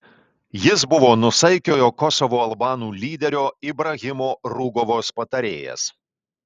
jis buvo nuosaikiojo kosovo albanų lyderio ibrahimo rugovos patarėjas